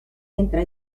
entra